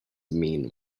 mean